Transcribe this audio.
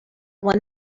one